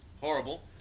horrible